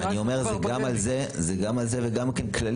כי רייכר כבר --- זה גם על זה וגם כללית,